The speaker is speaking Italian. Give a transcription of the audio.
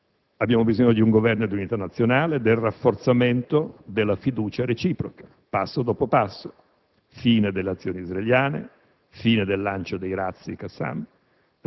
Abbiamo bisogno di un Governo di unità nazionale, del rafforzamento della fiducia reciproca, passo dopo passo, della fine delle azioni israeliane, della fine del lancio di razzi Qassam,